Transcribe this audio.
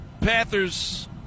Panthers